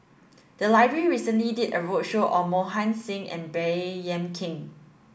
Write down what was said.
the library recently did a roadshow on Mohan Singh and Baey Yam Keng